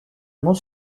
most